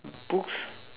books